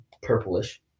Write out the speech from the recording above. purplish